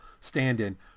stand-in